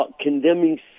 condemning